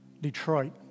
Detroit